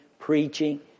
Preaching